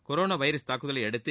corona virus தாக்குதலையடுத்து